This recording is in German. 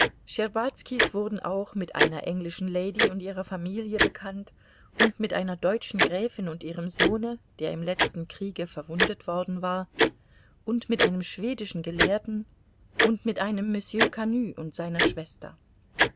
wurden auch mit einer englischen lady und ihrer familie bekannt und mit einer deutschen gräfin und ihrem sohne der im letzten kriege verwundet worden war und mit einem schwedischen gelehrten und mit einem monsieur canut und seiner schwester